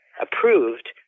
approved